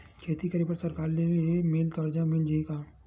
खेती बर सरकार ले मिल कर्जा मिल जाहि का?